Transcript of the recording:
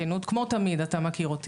זה מספיק לי.